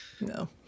no